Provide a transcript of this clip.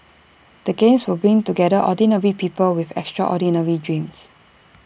the games will bring together ordinary people with extraordinary dreams